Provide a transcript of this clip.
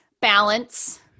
Balance